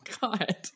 God